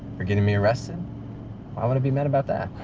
for getting me arrested? why would i be mad about that?